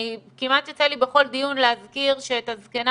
כמעט יוצא לי בכל דיון להזכיר שאת הזקנה